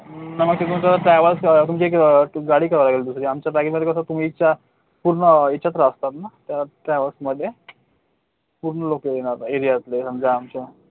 आणि मग तिथून कसं ट्रॅव्हल्सच तुमचे इथे गाडी करावं लागेल दुसरी आमच्या पॅकेजमध्ये कसं तुम्ही ज्या पूर्ण ह्याच्यातच असतात ना त्या ट्रॅव्हलमध्ये पूर्ण लोकं येणार एरियातले आमच्या